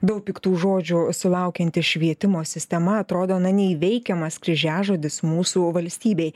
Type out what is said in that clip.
daug piktų žodžių sulaukianti švietimo sistema atrodo na neįveikiamas kryžiažodis mūsų valstybėj